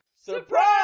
Surprise